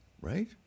right